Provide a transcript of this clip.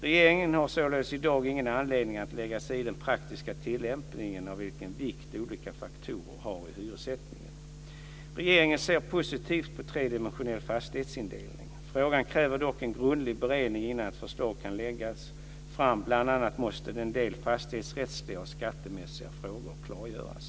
Regeringen har således i dag ingen anledning att lägga sig i den praktiska tillämpningen av vilken vikt olika faktorer har i hyressättningen. Regeringen ser positivt på tredimensionell fastighetsindelning. Frågan kräver dock en grundlig beredning innan ett förslag kan läggas fram. Bl.a. måste en del fastighetsrättsliga och skattemässiga frågor klargöras.